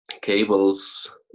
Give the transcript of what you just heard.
cables